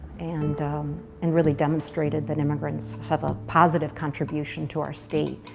and and really demonstrated that immigrants have a positive contribution to our state.